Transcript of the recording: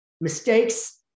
mistakes